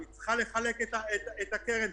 איגוד חברות האשראי מייצג את חברות האשראי,